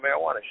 marijuana